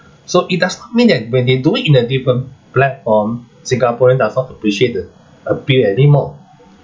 so it does not mean that when they do it in a different platform singaporean does not appreciate the appeal anymore